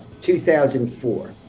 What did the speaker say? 2004